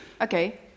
Okay